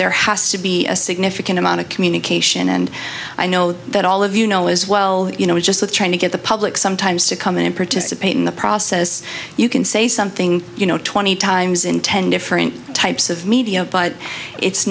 there has to be a significant amount of communication and i know that all of you know as well you know just with trying to get the public sometimes to come in and participate in the process you can say something you know twenty times in ten different types of media